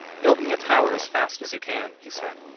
build me a tower as fast as you can he said,